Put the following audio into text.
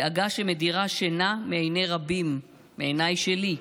דאגה שמדירה שינה מעיני רבים, מעיניי שלי,